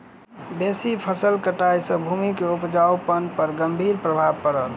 बेसी फसिल कटाई सॅ भूमि के उपजाऊपन पर गंभीर प्रभाव पड़ल